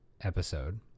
episode